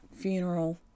funeral